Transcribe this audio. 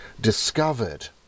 discovered